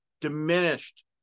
diminished